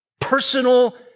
personal